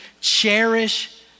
cherish